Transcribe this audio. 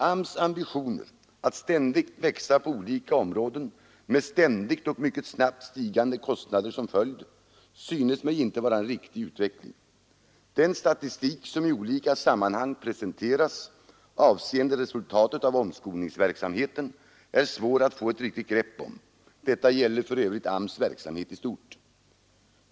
AMS:s ambitioner att ständigt växa på olika områden med ständigt och mycket snabbt stigande kostnader som följd synes mig inte vara en riktig utveckling. Den statistik som i olika sammanhang presenteras avseende resultatet av omskolningsverksamheten är svår att få ett riktigt grepp om; detta gäller för övrigt AMS:s verksamhet i stort.